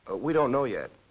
we don't know yet.